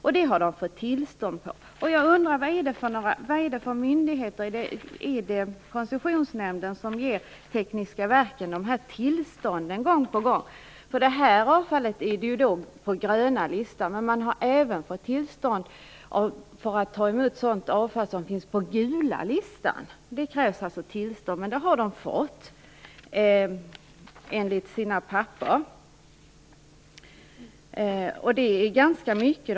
För detta har de fått tillstånd. Är det Koncessionsnämnden som ger Tekniska Verken dessa tillstånd gång på gång? Detta avfall finns med på gröna listan, men man har även fått tillstånd att ta emot sådant avfall som finns på gula listan. Det krävs alltså tillstånd, vilket de också har fått. De har fått tillstånd för ganska mycket.